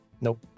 Nope